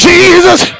Jesus